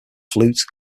flute